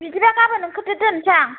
बिदिब्ला गाबोन ओंखारदो दोनसां